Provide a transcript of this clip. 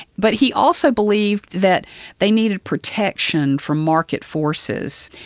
but he also believed that they needed protection from market forces.